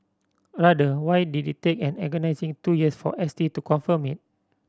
rather why did it take an agonising two years for S T to confirm it